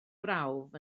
brawf